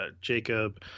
Jacob